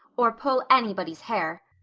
or pull anybody's hair.